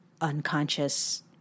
unconscious